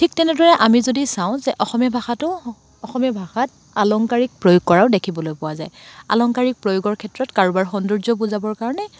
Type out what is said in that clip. ঠিক তেনেদৰে আমি যদি চাওঁ যে অসমীয়া ভাষাটো অসমীয়া ভাষাত আলংকাৰিক প্ৰয়োগ কৰাও দেখিবলৈ পোৱা যায় আলংকাৰিক প্ৰয়োগৰ ক্ষেত্ৰত কাৰোবাৰ সৌন্দৰ্য্যক বুজাবৰ কাৰণে